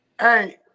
Hey